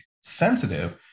sensitive